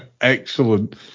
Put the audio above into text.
Excellent